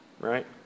Right